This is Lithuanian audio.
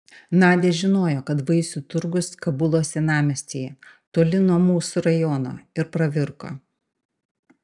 nadia žinojo kad vaisių turgus kabulo senamiestyje toli nuo mūsų rajono ir pravirko